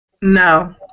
No